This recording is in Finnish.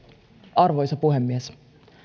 arvoisa puhemies